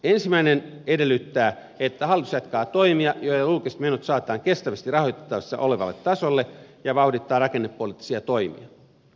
ensimmäinen edellyttää että hallitus jatkaa toimia joilla julkiset menot saadaan kestävästi rahoitettavissa olevalle tasolle ja vauhdittaa rakennepoliittisia toimia